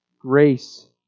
Grace